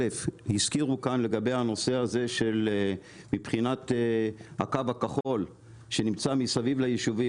הזכירו כאן לגבי הנושא הזה של מבחינת הקו הכחול שנמצא מסביב ליישובים,